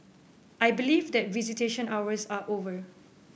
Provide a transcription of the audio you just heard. I believe that visitation hours are over